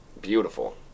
Beautiful